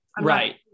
right